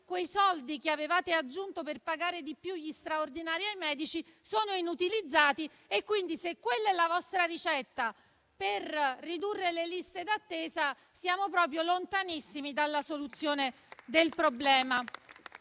quei soldi che avevate aggiunto per pagare di più gli straordinari ai medici sono inutilizzati e quindi, se quella è la vostra ricetta per ridurre le liste d'attesa, siamo proprio lontanissimi dalla soluzione del problema.